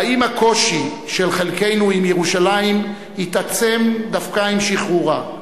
האם הקושי של חלקנו עם ירושלים התעצם דווקא עם שחרורה?